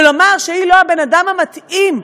ולומר שהיא לא הבן-אדם המתאים,